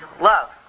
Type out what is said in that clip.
love